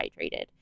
hydrated